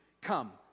Come